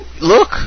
Look